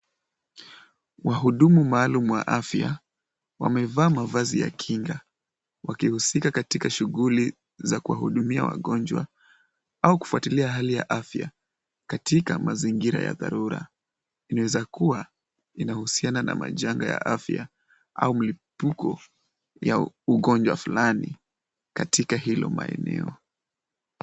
Wahudumu maalum wa afya wamevaa mavazi ya kinga wakihusika katika shughuli za kuwahudumia wagonjwa au kufuatilia hali ya afya katika mazingira ya dharura. Inaweza kuwa inahusiana na majanga ya afya au mlipuko ya ugonjwa fulani katika hilo maeneo.